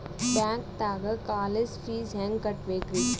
ಬ್ಯಾಂಕ್ದಾಗ college fees ಹೆಂಗ್ ಕಟ್ಟ್ಬೇಕ್ರಿ?